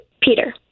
Peter